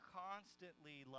constantly